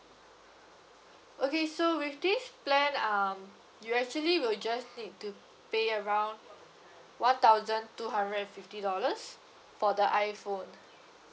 okay so with this plan um you actually will just need to pay around one thousand two hundred and fifty dollars for the iphone